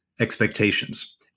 expectations